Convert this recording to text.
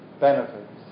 benefits